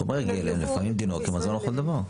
חומרי גלם לפעמים דינו כמזון לכל דבר.